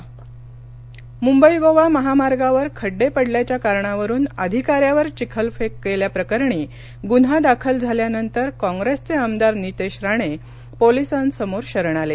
अभियंता पल मुंबई गोवा महामार्गावर खड्डे पडल्याच्या कारणावरुन अधिकाऱ्यावर चिखलफेक केल्याप्रकरणी गुन्हा दाखल झाल्यानंतर काँग्रेसचे आमदार नितेश राणे पोलिसांसमोर शरण आले